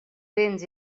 béns